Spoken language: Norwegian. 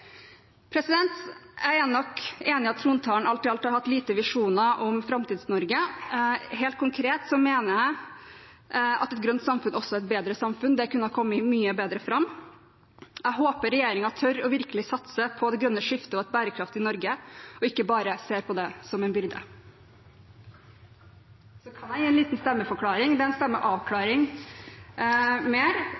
Jeg er nok enig i at trontalen alt i alt hadde få visjoner om Framtids-Norge. Helt konkret mener jeg at et grønt samfunn også er et bedre samfunn. Det kunne ha kommet mye bedre fram. Jeg håper regjeringen virkelig tør å satse på det grønne skiftet og et bærekraftig Norge og ikke bare ser på det som en byrde. Så kan jeg gi en liten stemmeforklaring